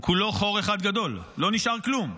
הוא כולו חור אחד גדול, לא נשאר כלום.